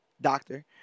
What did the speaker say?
doctor